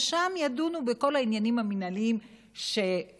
ושם ידונו בכל העניינים המינהליים שפירטו.